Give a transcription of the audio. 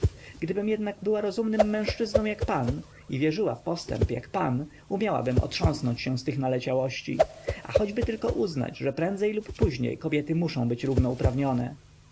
gdybym jednak była rozumnym mężczyzną jak pan i wierzyła w postęp jak pan umiałabym otrząsnąć się z tych naleciałości a choćby tylko uznać że prędzej lub później kobiety muszą być równouprawnione